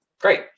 great